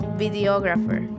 videographer